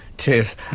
cheers